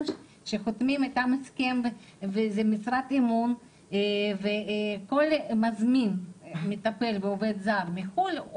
אלו שחותמים איתם הסכם וזו משרת אמון וכל מזמין מטפל ועובד זר מחו"ל,